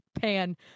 pan